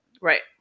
Right